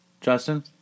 Justin